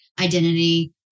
identity